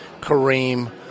Kareem